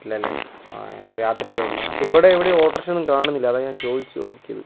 പറ്റില്ലാ അല്ലേ ആ ഇത് രാത്രി ആയത് കൊണ്ടാണോ അപ്പോൾ ഇവിടെ എവിടേയും ഓട്ടോ റിക്ഷ ഒന്നും കാണുന്നില്ല അതാണ് ഞാൻ ചോദിച്ച് നോക്കിയത്